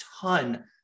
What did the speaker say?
ton